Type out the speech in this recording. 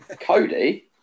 Cody